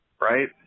right